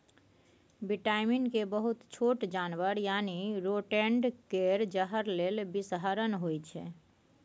vitamin K बहुत छोट जानबर यानी रोडेंट केर जहर लेल बिषहरण होइ छै